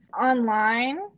online